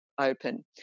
open